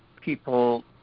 people